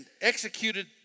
executed